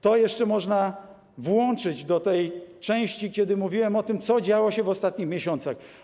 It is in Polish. To jeszcze można włączyć do tej części, w której mówiłem o tym, co działo się w ostatnich miesiącach.